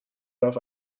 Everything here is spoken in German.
warf